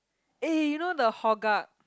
eh you know the